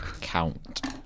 Count